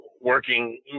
working